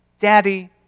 Daddy